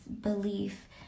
belief